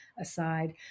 aside